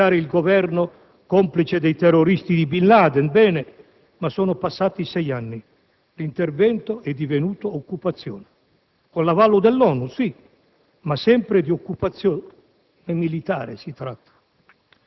mentre ora siamo nel 2007. L'intervento servì a cacciare il Governo complice dei terroristi di Bin Laden. Bene: ma sono trascorsi sei anni e l'intervento è divenuto occupazione.